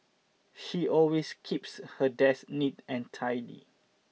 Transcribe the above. she always keeps her desk neat and tidy